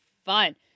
fun